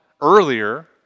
earlier